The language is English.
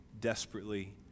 desperately